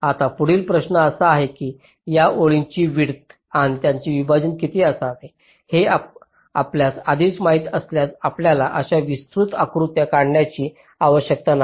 आता पुढील प्रश्न असा आहे की या ओळींची विड्थ आणि त्याचे विभाजन किती असावे हे आपल्यास आधीच माहित असल्यास आपल्याला अशा विस्तृत आकृती काढण्याची आवश्यकता नाही